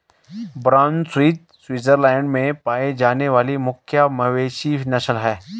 brown Swiss Switzerland में पाई जाने वाली मुख्य मवेशी नस्ल है